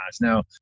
Now